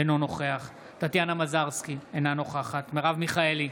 אינו נוכח טטיאנה מזרסקי, אינה נוכחת מרב מיכאלי,